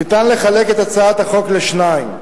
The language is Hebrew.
ניתן לחלק את הצעת החוק לשניים.